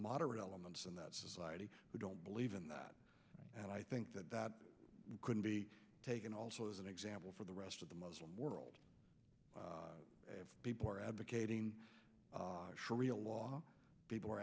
moderate elements in that society who don't believe in that and i think that that could be taken also as an example for the rest of the muslim world if people are advocating shari'a law people were